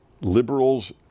Liberals